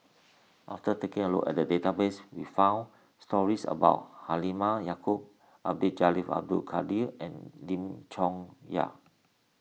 after taking a look at the database we found stories about Halimah Yacob Abdul Jalil Abdul Kadir and Lim Chong Yah